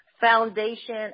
foundation